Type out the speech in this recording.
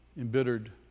embittered